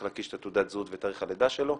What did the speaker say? להקיש את תעודת הזהות ותאריך הלידה שלו.